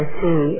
see